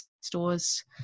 stores